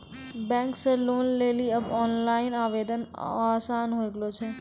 bank से loan लेली आब ओनलाइन आवेदन आसान होय गेलो छै